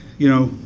you know,